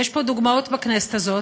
ויש פה דוגמאות בכנסת הזאת,